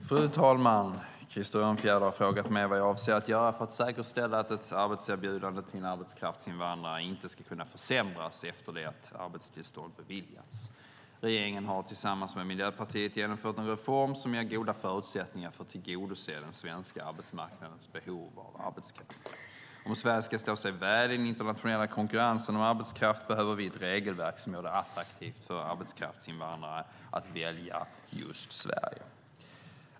Fru talman! Krister Örnfjäder har frågat mig vad jag avser att göra för att säkerställa att ett arbetserbjudande till en arbetskraftsinvandrare inte ska kunna försämras efter det att arbetstillstånd beviljats. Regeringen har tillsammans med Miljöpartiet genomfört en reform som ger goda förutsättningar för att tillgodose den svenska arbetsmarknadens behov av arbetskraft. Om Sverige ska stå sig väl i den internationella konkurrensen om arbetskraft behöver vi ett regelverk som gör det attraktivt för arbetskraftsinvandrare att välja just Sverige.